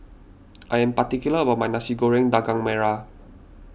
I am particular about my Nasi Goreng Daging Merah